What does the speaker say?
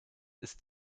ist